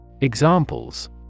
Examples